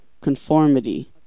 Conformity